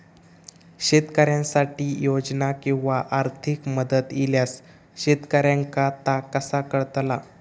शेतकऱ्यांसाठी योजना किंवा आर्थिक मदत इल्यास शेतकऱ्यांका ता कसा कळतला?